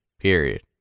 period